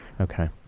Okay